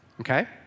Okay